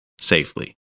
Safely